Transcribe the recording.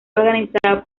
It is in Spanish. organizada